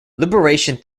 liberation